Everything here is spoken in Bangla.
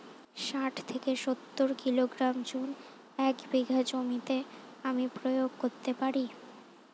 শাঠ থেকে সত্তর কিলোগ্রাম চুন এক বিঘা জমিতে আমি প্রয়োগ করতে পারি?